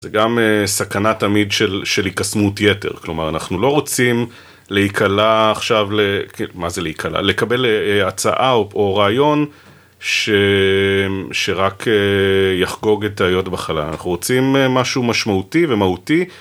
זה גם סכנה תמיד של הקסמות יתר, כלומר אנחנו לא רוצים להיקלע עכשיו, מה זה להיקלע, לקבל הצעה או רעיון שרק יחגוג את ההיות בחלל, אנחנו רוצים משהו משמעותי ומהותי